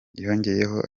yongeyeho